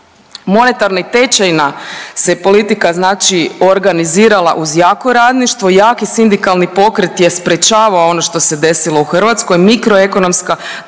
monetarna i tečajna se politika organizirala uz jako radništvo, jaki sindikalni pokret je sprečavao ono što se desilo u Hrvatskoj. Mikroekonomska,